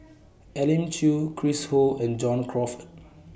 Elim Chew Chris Ho and John Crawfurd